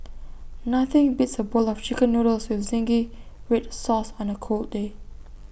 nothing beats A bowl of Chicken Noodles with Zingy Red Sauce on A cold day